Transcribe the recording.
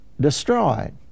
destroyed